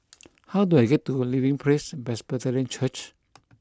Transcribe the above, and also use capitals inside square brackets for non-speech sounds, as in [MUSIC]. [NOISE] how do I get to Living Praise Presbyterian Church